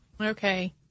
Okay